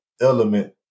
element